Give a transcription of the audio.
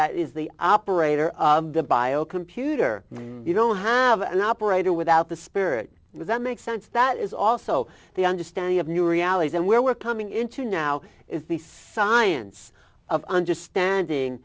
that is the operator of the bio computer you don't have an operator without the spirit because that makes sense that is also the understanding of new realities and where we're coming into now is the science of understanding